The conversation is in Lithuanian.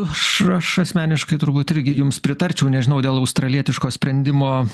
aš aš asmeniškai turbūt irgi jums pritarčiau nežinau dėl australietiško sprendimo